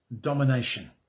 domination